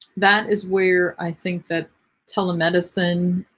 that is where i think that telemedicine